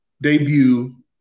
debut